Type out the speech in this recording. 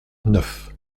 neuf